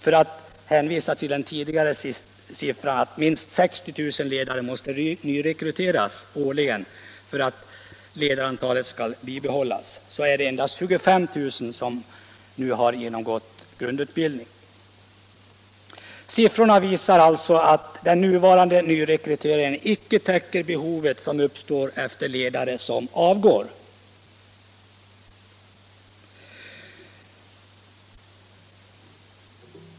Jag sade att minst 60 000 ledare måste nyrekryteras årligen för att ledarantalet skall bibehållas, men det är alltså endast 25 000 som nu har genomgått grundutbildning. Siffrorna visar alltså att den nuvarande nyrekryteringen icke täcker behovet som uppstår efter ledare som avgår.